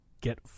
get